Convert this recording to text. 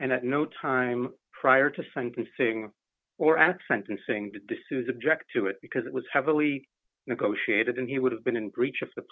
at no time prior to sentencing or at sentencing d'souza jack to it because it was heavily negotiated and he would have been in breach of the